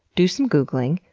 do some googling.